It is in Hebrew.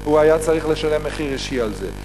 הוא היה צריך לשלם מחיר אישי על זה.